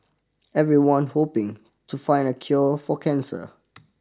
everyone hoping to find a cure for cancer